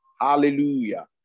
Hallelujah